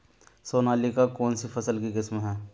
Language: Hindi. सोनालिका कौनसी फसल की किस्म है?